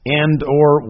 and/or